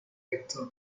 factor